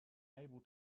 able